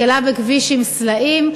בכביש עם סלעים.